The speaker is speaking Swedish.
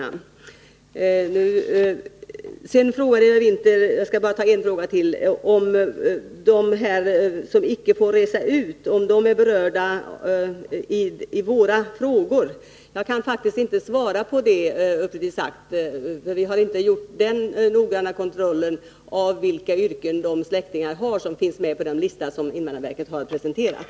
Jag skall bara ta upp en till av Eva Winthers frågor, och den gällde hur de personer som icke får resa ut berörs. Jag kan uppriktigt sagt inte svara på den att utverka utresetillstånd för anhöriga till vissa flyktingar från Vietnam frågan. Vi har inte gjort någon noggrann kontroll av vilka yrken de släktingar har som finns med på den lista som invandrarverket har presenterat.